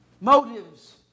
Motives